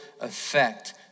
effect